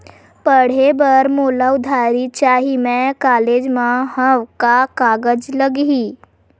पढ़े बर मोला उधारी चाही मैं कॉलेज मा हव, का कागज लगही?